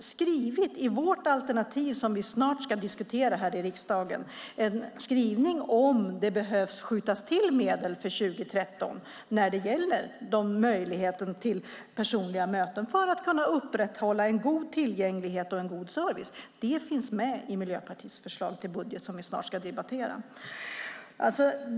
I vårt alternativ, som snart ska diskuteras här i riksdagen, har vi en skrivning om att det behöver skjutas till medel för år 2013 när det gäller möjligheten till personliga möten - detta för att kunna upprätthålla god tillgänglighet och god service. Det finns alltså med i Miljöpartiets budgetförslag som vi snart ska debattera.